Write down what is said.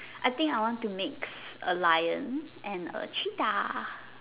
I think I want to mix a lion and a cheetah